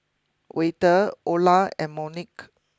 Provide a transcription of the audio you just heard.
Wayde Ola and Monique